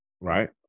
right